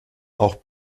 auch